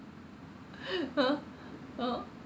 ha hor